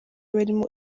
barimo